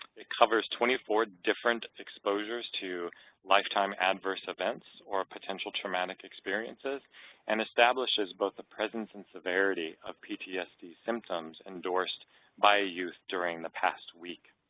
it covers twenty four different exposures to lifetime adverse events or potential traumatic experiences and establishes both a presence and severity of ptsd symptoms endorsed by a youth during the past week.